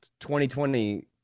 2020